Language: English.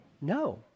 No